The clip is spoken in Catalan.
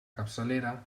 capçalera